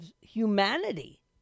humanity